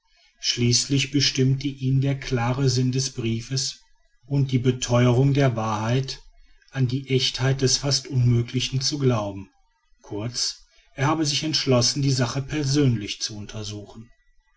schließlich bestimmte ihn der klare sinn des briefes und die beteuerung der wahrheit an die echtheit des fast unmöglichen zu glauben kurz er habe sich entschlossen die sache persönlich zu untersuchen